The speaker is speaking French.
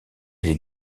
les